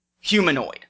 humanoid